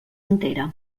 entera